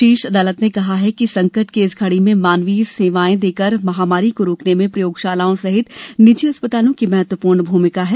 शीर्ष अदालत ने कहा कि संकट की इस घड़ी में मानवीय सेवाएं देकर महामारी को रोकने में प्रयोगशालाआँ सहित निजी अस्पतालों की महत्वपूर्ण भूमिका है